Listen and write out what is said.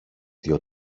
δυο